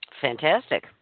Fantastic